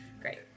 Great